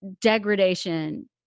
degradation